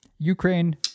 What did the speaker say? Ukraine